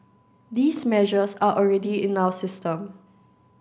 these measures are already in our system